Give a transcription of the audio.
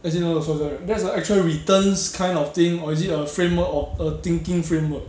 as in 你懂我说什么 right that's the actual returns kind of thing or is it a framework of a thinking framework